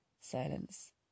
Silence